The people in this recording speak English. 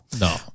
no